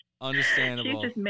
Understandable